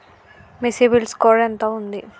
మీ CIBIL score ఎంత ఉంది?